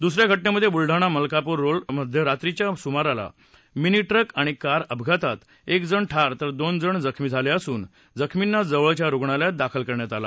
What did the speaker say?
दुसऱ्या घटनेमध्ये बुलडाणा मलकापूर रोडवर मध्यरात्रीच्या सुमाराला मिनी ट्रक आणि कार अपघातात एकजण ठार तर दोन जण जखमी झाले असून जखमींना जवळच्या रुग्णालयात दाखल करण्यात आलं